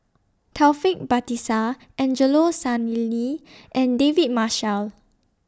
Taufik Batisah Angelo Sanelli and David Marshall